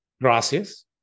Gracias